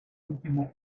último